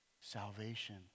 salvation